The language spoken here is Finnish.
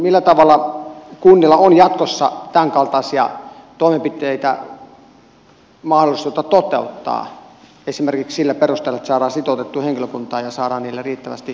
millä tavalla kunnilla on jatkossa tämän kaltaisia toimenpiteitä mahdollisuutta toteuttaa esimerkiksi sillä perusteella että saadaan sitoutettua henkilökuntaa ja saadaan niille riittävästi tehtäviä